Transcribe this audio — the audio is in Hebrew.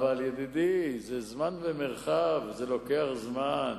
ידידי, זה זמן ומרחב, זה לוקח זמן.